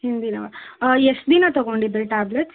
ಹಿಂದಿನ ವಾರ ಎಷ್ಟು ದಿನ ತಗೊಂಡಿದ್ದಿರಿ ಟ್ಯಾಬ್ಲೆಟ್ಸ್